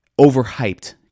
overhyped